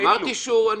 אני אמרתי שאני